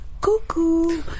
cuckoo